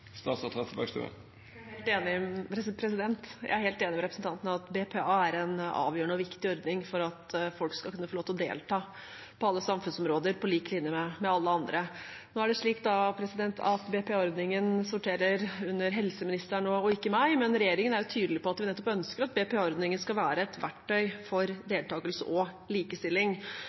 Jeg helt enig med representanten i at BPA er en avgjørende og viktig ordning for at folk skal kunne få lov til å delta på alle samfunnsområder, på lik linje med alle andre. Nå er det slik at BPA-ordningen sorterer under helseministeren og ikke meg, men regjeringen er tydelig på at vi nettopp ønsker at BPA-ordningen skal være et verktøy for deltakelse og likestilling.